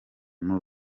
muri